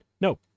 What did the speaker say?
No